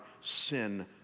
sin